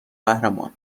قهرمان